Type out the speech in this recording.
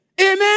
Amen